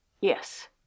Yes